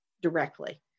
directly